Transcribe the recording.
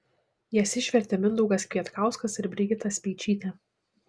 jas išvertė mindaugas kvietkauskas ir brigita speičytė